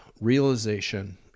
realization